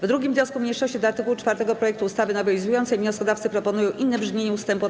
W 2. wniosku mniejszości do art. 4 projektu ustawy nowelizującej wnioskodawcy proponują inne brzmienie ust. 1–6.